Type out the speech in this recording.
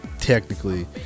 technically